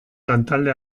lantalde